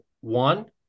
one